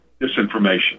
disinformation